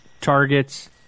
targets